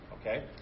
Okay